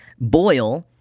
boil